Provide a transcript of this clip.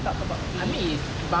talk about pay